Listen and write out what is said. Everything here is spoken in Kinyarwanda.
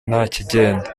ntakigenda